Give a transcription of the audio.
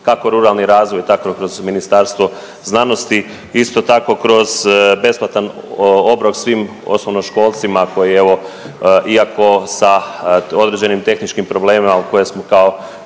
kako ruralni razvoj, tako i kroz Ministarstvo znanosti, isto tako kroz besplatan obrok svim osnovnoškolcima koji evo iako sa određenim tehničkim problemima koje smo kao,